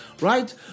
Right